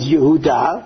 Yehuda